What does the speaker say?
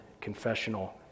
confessional